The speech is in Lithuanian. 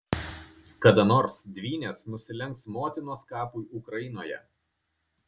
kada nors dvynės nusilenks motinos kapui ukrainoje